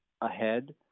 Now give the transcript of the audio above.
ahead